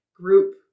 group